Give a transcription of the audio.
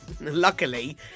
luckily